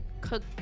cook